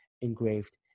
engraved